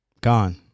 Gone